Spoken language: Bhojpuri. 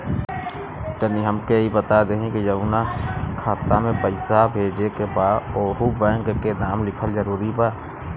तनि हमके ई बता देही की जऊना खाता मे पैसा भेजे के बा ओहुँ बैंक के नाम लिखल जरूरी बा?